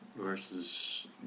versus